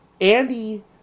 Andy